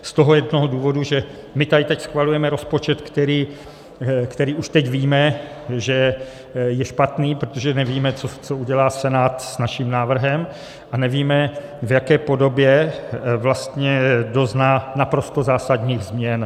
Z toho jednoho důvodu, že my tady teď schvalujeme rozpočet, který už teď víme, že je špatný, protože nevíme, co udělá Senát s naším návrhem, a nevíme, v jaké podobě vlastně dozná naprosto zásadních změn.